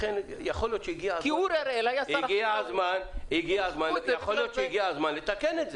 לכן יכול להיות שהגיע הזמן לתקן את זה.